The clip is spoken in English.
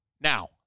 Now